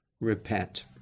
repent